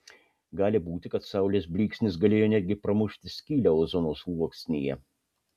gali būti kad saulės blyksnis galėjo netgi pramušti skylę ozono sluoksnyje